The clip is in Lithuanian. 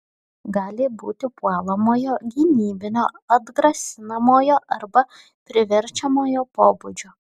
gali būti puolamojo gynybinio atgrasinamojo arba priverčiamojo pobūdžio